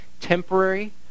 temporary